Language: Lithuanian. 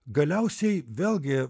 galiausiai vėlgi